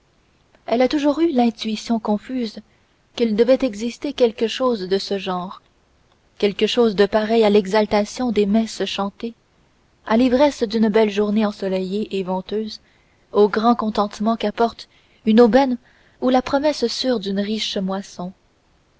elle a toujours eu l'intuition confuse qu'il devait exister quelque chose de ce genre quelque chose de pareil à l'exaltation des messes chantées à l'ivresse d'une belle journée ensoleillée et venteuse au grand contentement qu'apporte une aubaine ou la promesse sûre d'une riche moisson